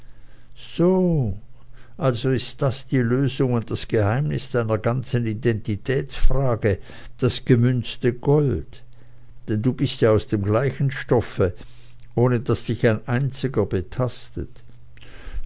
so also das ist die lösung und das geheimnis deiner ganzen identitätsfrage das gemünzte gold denn du bist ja aus gleichem stoffe ohne daß dich ein einziger betastet